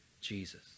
Jesus